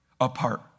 apart